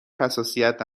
حساسیت